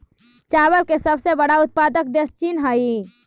चावल के सबसे बड़ा उत्पादक देश चीन हइ